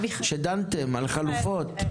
שדנתם על חלופות.